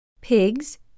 Pigs